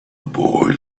boy